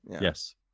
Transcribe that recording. yes